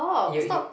you you